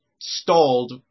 stalled